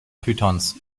pythons